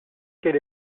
tel